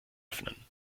öffnen